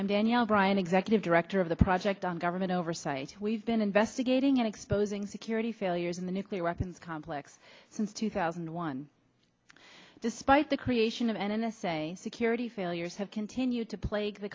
i'm daniel bryan executive director of the project on government oversight we've been investigating and exposing security failures in the nuclear weapons complex since two thousand and one despite the creation of an n s a security failures have continued to plague the